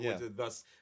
thus